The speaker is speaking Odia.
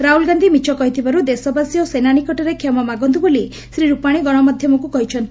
ରାହୁଲ ଗାନ୍ଧି ମିଛ କହିଥିବାର୍ ଦେଶବାସୀ ଓ ସେନା ନିକଟରେ କ୍ଷମା ମାଗନ୍ତୁ ବୋଲି ଶ୍ରୀ ର୍ପାଶୀ ଗଣମାଧ୍ଧମକୁ କହିଛନ୍ତି